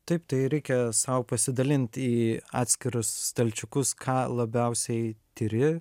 taip tai reikia sau pasidalint į atskirus stalčiukus ką labiausiai tiri